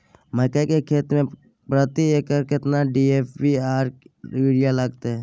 मकई की खेती में प्रति एकर केतना डी.ए.पी आर यूरिया लागत?